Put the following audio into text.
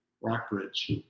Rockbridge